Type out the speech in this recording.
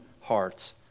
hearts